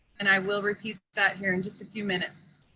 and i will repeat that here in just a few minutes.